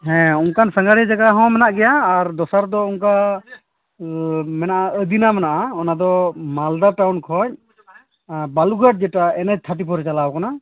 ᱦᱮᱸ ᱚᱱᱠᱟᱱ ᱥᱟᱸᱜᱷᱟᱨᱤᱭᱟᱹ ᱡᱟᱭᱜᱟ ᱦᱚᱸ ᱢᱮᱱᱟᱜ ᱜᱮᱭᱟ ᱟᱨ ᱫᱚᱥᱟᱨ ᱫᱚ ᱚᱱᱠᱟ ᱢᱮᱱᱟᱜᱼᱟ ᱟᱫᱤᱱᱟ ᱢᱮᱱᱟᱜᱼᱟ ᱚᱱᱟ ᱫᱚ ᱢᱟᱞᱫᱟ ᱴᱟᱣᱩᱱ ᱠᱷᱚᱱ ᱵᱟᱞᱩᱨᱜᱷᱟᱴ ᱡᱮᱴᱟ ᱮᱱ ᱮᱭᱤᱪ ᱛᱷᱟᱴᱴᱤ ᱯᱷᱳᱨ ᱪᱟᱞᱟᱣ ᱟᱠᱟᱱᱟ